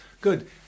Good